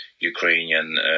Ukrainian